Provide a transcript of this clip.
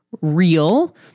real